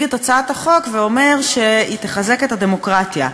את הצעת החוק ואומר שהיא תחזק את הדמוקרטיה.